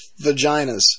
vaginas